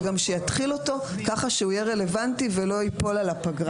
וגם שיתחיל אותו כך שהוא יהיה רלוונטי ולא ייפול על הפגרה.